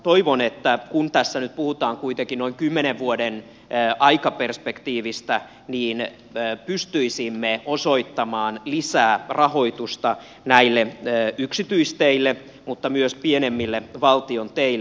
toivon että kun tässä nyt puhutaan kuitenkin noin kymmenen vuoden aikaperspektiivistä niin pystyisimme osoittamaan lisää rahoitusta näille yksityisteille mutta myös pienemmille valtion teille